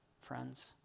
friends